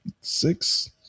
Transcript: six